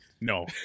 No